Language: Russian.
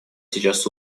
сейчас